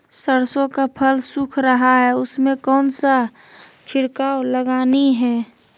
सरसो का फल सुख रहा है उसमें कौन सा छिड़काव लगानी है?